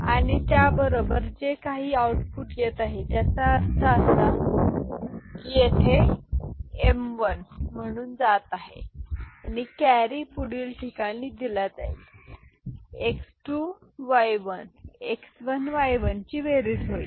आणि त्या बरोबर जे काही आऊटपुट येत आहे त्याचा अर्थ असा आहे की येथे एम 1 म्हणून जात आहे आणि कॅरी पुढील ठिकाणी दिली जाईल x2 y 0 x1 y1 ची बेरीज होईल